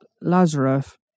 Lazarus